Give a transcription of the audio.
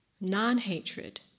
non-hatred